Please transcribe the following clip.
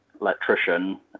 electrician